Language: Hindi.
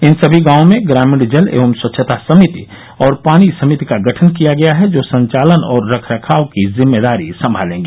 इन सभी गांवों में ग्रामीण जल एवं स्वच्छता समिति और पानी समिति का गठन किया गया है जो संचालन और रखरखाव की जिम्मेदारी संभालेंगी